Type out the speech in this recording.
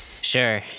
Sure